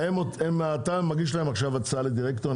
אתה מגיש להם עכשיו הצעה לדירקטור,